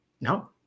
No